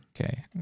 okay